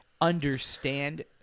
understand